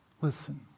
Listen